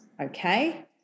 okay